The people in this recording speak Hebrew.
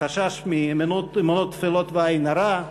חשש מאמונות טפלות ועין הרע,